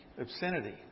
obscenity